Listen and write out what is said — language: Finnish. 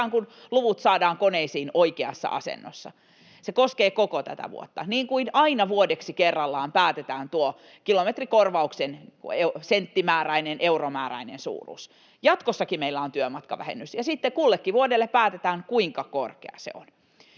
kuin luvut saadaan koneisiin oikeassa asennossa. Se koskee koko tätä vuotta, niin kuin aina vuodeksi kerrallaan päätetään tuo kilometrikorvauksen senttimääräinen, euromääräinen suuruus. Jatkossakin meillä on työmatkavähennys ja sitten kullekin vuodelle päätetään, kuinka korkea se on.